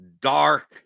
dark